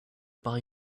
buy